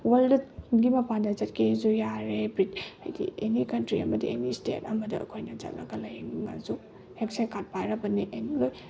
ꯋꯥꯜꯗꯒꯤ ꯃꯄꯥꯟꯗ ꯆꯠꯀꯦꯁꯨ ꯌꯥꯔꯦ ꯍꯥꯏꯗꯤ ꯑꯦꯅꯤ ꯀꯟꯇ꯭ꯔꯤ ꯑꯃꯗ ꯑꯦꯅꯤ ꯏꯁꯇꯦꯠ ꯑꯃꯗ ꯑꯩꯈꯣꯏꯅ ꯆꯠꯂꯒ ꯂꯥꯏꯌꯦꯡꯉꯁꯨ ꯍꯛꯁꯦꯜ ꯀꯥꯠ ꯄꯥꯏꯔꯕꯅꯤꯅ ꯑꯦꯅꯤ ꯂꯣꯏ